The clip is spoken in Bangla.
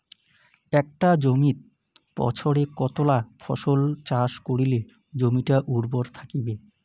একটা জমিত বছরে কতলা ফসল চাষ করিলে জমিটা উর্বর থাকিবে?